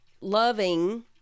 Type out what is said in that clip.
loving